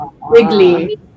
Wiggly